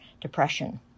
depression